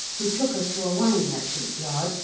who took us to a wine merchant's yard,